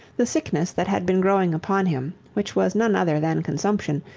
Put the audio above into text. the sickness that had been growing upon him, which was none other than consumption,